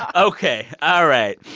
ok. all right.